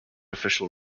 official